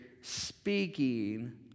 speaking